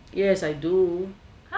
yes I do